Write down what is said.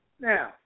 Now